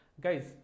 Guys